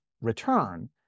return